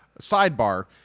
sidebar